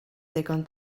ddigon